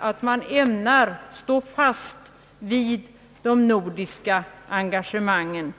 att man ämnar stå fast vid de nordiska engagemangen.